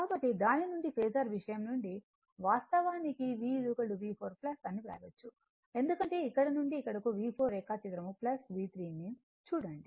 కాబట్టి దాని నుండి ఫేసర్ విషయం నుండి వాస్తవానికి V V4 అని వ్రాయవచ్చు ఎందుకంటే ఇక్కడ నుండి ఇక్కడకు V4 రేఖాచిత్రం V3 ను చూడండి